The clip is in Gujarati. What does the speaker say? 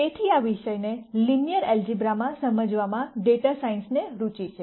તેથી આ વિષયને લિનિયર એલ્જીબ્રા માં સમજવામાં ડેટા સાયન્સ રુચિ છે